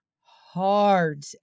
hard